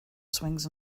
swings